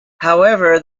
however